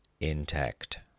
intact